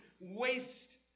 waste